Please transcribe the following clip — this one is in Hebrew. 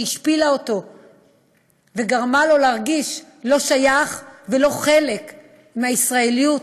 שהשפילה אותו וגרמה לו להרגיש לא שייך ולא חלק מהישראליות,